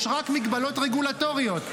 יש רק מגבלות רגולטוריות,